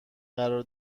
قرار